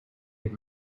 had